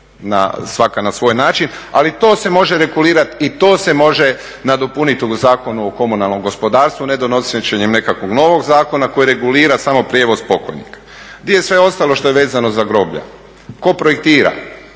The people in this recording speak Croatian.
svaka na svoj način, ali to se može regulirati i to se može nadopuniti u Zakonu o komunalnom gospodarstvu, ne donošenjem nekakvog novog zakona koji regulira samo prijevoz pokojnika. Gdje je sve ostalo što je vezano za groblja? Tko projektira?